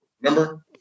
Remember